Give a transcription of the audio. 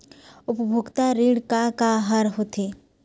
उपभोक्ता ऋण का का हर होथे?